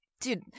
Dude